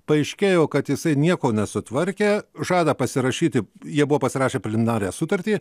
paaiškėjo kad jisai nieko nesutvarkė žada pasirašyti jie buvo pasirašę preliminarią sutartį